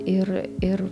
ir ir